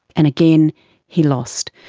and again he lost.